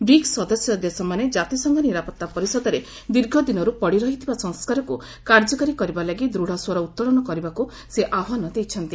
BRICS ସଦସ୍ୟ ଦେଶମାନେ ଜାତିସଂଘ ନିରାପତ୍ତା ପରିଷଦରେ ଦୀର୍ଘ ଦିନରୁ ପଡ଼ିରହିଥିବା ସଂସ୍କାରକୁ କାର୍ଯ୍ୟକାରୀ କରିବା ଲାଗି ଦୃଢ଼ ସ୍ୱର ଉତ୍ତୋଳନ କରିବାକୁ ସେ ଆହ୍ୱାନ ଦେଇଛନ୍ତି